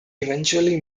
eventually